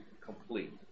complete